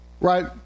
right